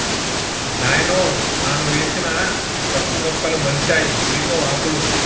నాయనో నాను వేసిన పసుపు మొక్కలు మొలిచాయి ఇవిగో ఆకులు